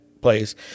place